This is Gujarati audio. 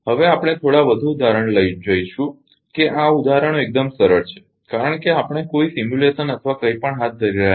હવે આપણે થોડા વધુ ઉદાહરણો જોઇશું કે આ ઉદાહરણો એકદમ સરળ છે કારણ કે આપણે કોઈ સિમ્યુલેશન અથવા કંઈપણ હાથ ધરી રહ્યા નથી